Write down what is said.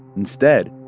instead,